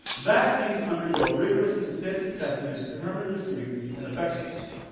vaccines undergo rigorous and extensive testing to determine their safety and effectiveness.